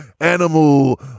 animal